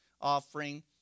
offering